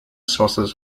sources